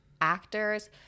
actors